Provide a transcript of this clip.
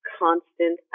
constant